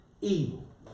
evil